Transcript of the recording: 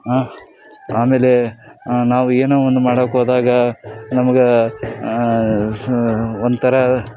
ಹಾಂ ಆಮೇಲೆ ನಾವು ಏನೋ ಒಂದು ಮಾಡೋಕೆ ಹೋದಾಗ ನಮ್ಗೆ ಸಹ ಒಂಥರ